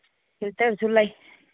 ꯐꯤꯜꯇꯔꯁꯨ ꯂꯩ